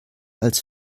als